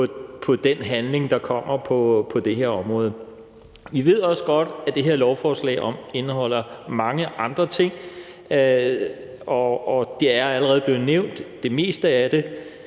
på den handling, der kommer på det her område. Vi ved også godt, at det her lovforslag indeholder mange andre ting. Det meste af det er allerede blevet nævnt, så derfor